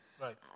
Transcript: Right